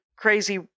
crazy